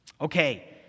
Okay